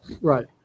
Right